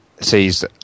sees